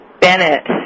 Bennett